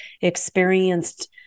experienced